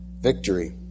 victory